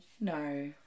No